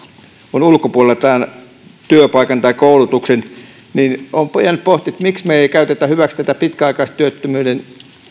on ulkopuolella työpaikan tai koulutuksen niin olen jäänyt pohtimaan että miksi me emme käytä hyväksemme myös näitä pitkäaikaistyöttömyyden